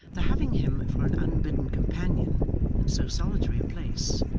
the having him for an unbidden companion in so solitary a place,